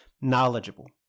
knowledgeable